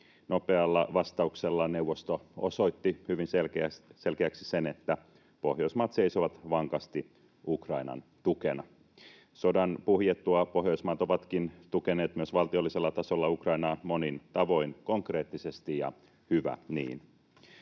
Nopealla vastauksellaan neuvosto osoitti hyvin selkeäksi sen, että Pohjoismaat seisovat vankasti Ukrainan tukena. Sodan puhjettua Pohjoismaat ovatkin tukeneet myös valtiollisella tasolla Ukrainaa monin tavoin konkreettisesti, ja hyvä niin.